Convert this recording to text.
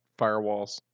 firewalls